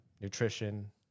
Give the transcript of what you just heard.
Nutrition